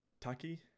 Taki